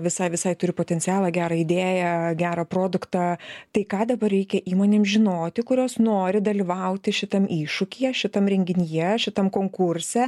visai visai turi potencialą gerą idėją gerą produktą tai ką dabar reikia įmonėm žinoti kurios nori dalyvauti šitam iššūkyje šitam renginyje šitam konkurse